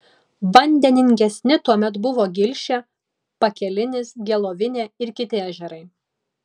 vandeningesni tuomet buvo gilšė pakelinis gelovinė ir kiti ežerai